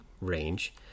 range